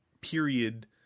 period